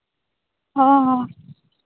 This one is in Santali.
ᱦᱚᱸ ᱦᱚᱸ